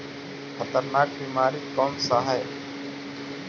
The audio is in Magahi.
खतरनाक बीमारी कौन सा है?